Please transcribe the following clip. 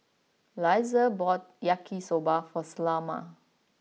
Eliezer bought Yaki Soba for Selma